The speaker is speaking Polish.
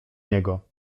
niego